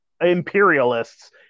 imperialists